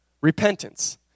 repentance